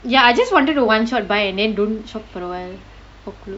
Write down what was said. ya I just wanted to one shot buy and then don't shop for awhile for clothes